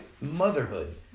motherhood